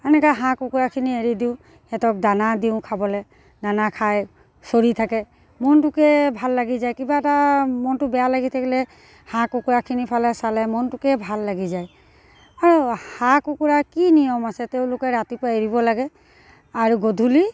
এনেকৈ হাঁহ কুকুৰাখিনি এৰি দিওঁ সিহঁতক দানা দিওঁ খাবলৈ দানা খাই চৰি থাকে মনটোকে ভাল লাগি যায় কিবা এটা মনটো বেয়া লাগি থাকিলে হাঁহ কুকুৰাখিনিৰ ফালে চালে মনটোকে ভাল লাগি যায় আৰু হাঁহ কুকুৰা কি নিয়ম আছে তেওঁলোকে ৰাতিপুৱা এৰিব লাগে আৰু গধূলি